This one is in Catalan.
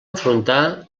enfrontar